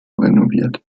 renoviert